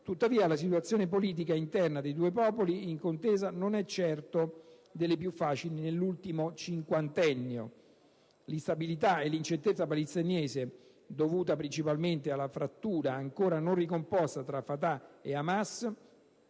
Tuttavia, la situazione politica interna dei due popoli in contesa non è certo delle più facili nell'ultimo cinquantennio. L'instabilità e l'incertezza palestinese, dovute principalmente alla frattura ancora non ricomposta tra Fatah e Hamas,